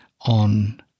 on